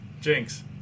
Jinx